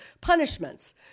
punishments